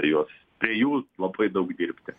juos prie jų labai daug dirbti